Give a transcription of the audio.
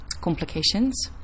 complications